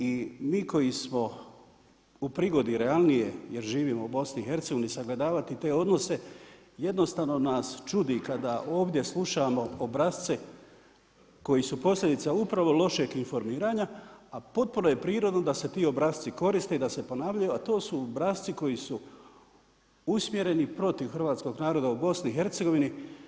I mi koji smo u prigodi realnije jer živimo u Bosni i Hercegovini sagledavati te odnose jednostavno nas čudi kada ovdje slušamo obrasce koji su posljedica upravo lošeg informiranja, a potpuno je prirodno da se ti obrasci koriste i da se ponavljaju, a to su obrasci koji su usmjereni protiv hrvatskog naroda u Bosni i Hercegovini.